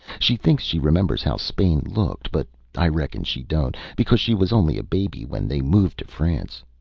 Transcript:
she thinks she remembers how spain looked, but i reckon she don't, because she was only a baby when they moved to france.